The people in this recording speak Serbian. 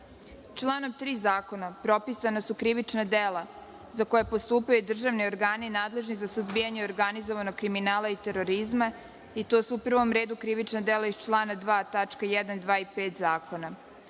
3. zakona propisana su krivična dela za koja postupaju državni organi nadležni za suzbijanje organizovanog kriminala i terorizma i to su u prvom redu krivična dela iz člana 2. tačka